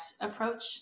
approach